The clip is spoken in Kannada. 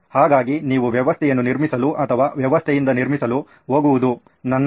ಹಾಗಾಗಿ ನೀವು ವ್ಯವಸ್ಥೆಯನ್ನು ನಿರ್ಮಿಸಲು ಅಥವಾ ವ್ಯವಸ್ಥೆಯಿಂದ ನಿರ್ಮಿಸಲು ಹೋಗುವುದು ನಾನು ಅರ್ಥ